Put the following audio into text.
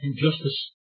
injustice